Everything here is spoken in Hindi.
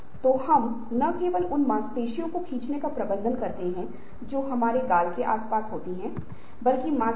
लेकिन अगर आप इसे क्रिस्टलाइज़ करेंगे तो इसमें से कुछ आठ अंक निकलेंगे